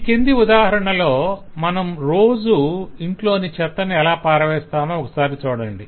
ఈ కింది ఉదాహరణలో మనం రోజూ ఇంట్లోని చెత్తని ఎలా పారవేస్తామో ఒక సారి చూడండి